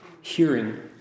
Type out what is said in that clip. hearing